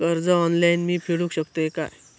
कर्ज ऑनलाइन मी फेडूक शकतय काय?